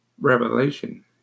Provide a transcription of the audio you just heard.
revelation